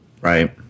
Right